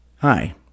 Hi